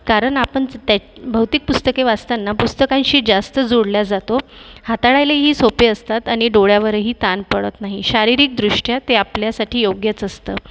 कारण आपण च त्या भौतिक पुस्तके वाचताना पुस्तकांशी जास्त जोडल्या जातो हाताळायलाही सोपे असतात आणि डोळ्यावरही ताण पडत नाही शारीरिकदृष्ट्या ते आपल्यासाठी योग्यच असतं